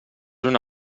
una